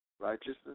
righteousness